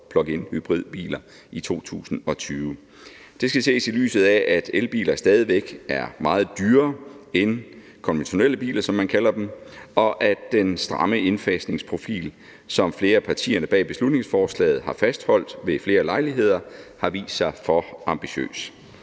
pluginhybridbiler i 2020. Det skal ses i lyset af, at elbiler stadig væk er meget dyrere end konventionelle biler, som man kalder dem, og at den stramme indfasningsprofil, som flere af partierne bag beslutningsforslaget har fastholdt ved flere lejligheder, har vist sig for ambitiøs.